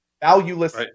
valueless